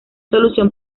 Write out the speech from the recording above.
solución